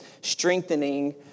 Strengthening